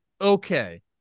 okay